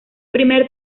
primer